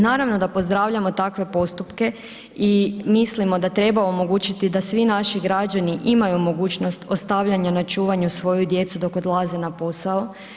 Naravno da pozdravljamo takve postupke i mislimo da treba omogućiti da svi naši građani imaju mogućnost ostavljanja na čuvanju svoju djecu dok odlaze na posao.